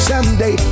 Someday